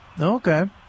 Okay